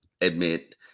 admit